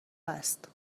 است